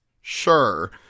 Sure